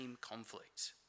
conflict